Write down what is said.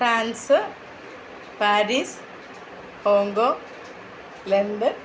France Paris Hong Kong London